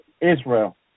Israel